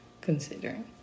considering